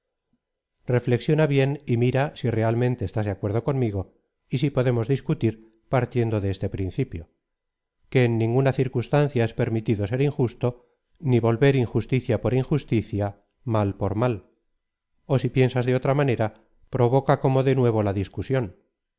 adrid bien y mira si realmente estás de acuerdo conmigo y si podemos discutir partiendo de este principio que en ninguna circunstancia es permitido ser injusto ni volver injusticia por injusticia mal por mal ó si piensas de otra manera provoca como de nuevo la discusión